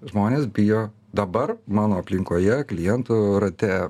žmonės bijo dabar mano aplinkoje klientų rate